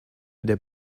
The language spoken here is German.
der